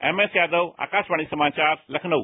M S Yadav Akashvani समाचार लखनऊ